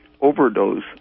overdose